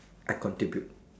I contribute